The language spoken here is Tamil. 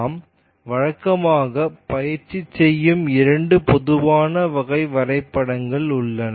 நாம் வழக்கமாகப் பயிற்சி செய்யும் இரண்டு பொதுவான வகை வரைபடங்கள் உள்ளன